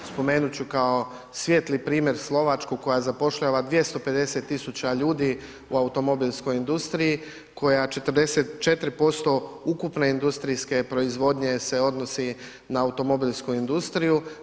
Spomenuti ću kao svijetli primjer Slovačku koja zapošljava 250 tisuća ljudi u automobilskoj industriji koja 44% ukupne industrijske proizvodnje se odnosi na automobilsku industriju.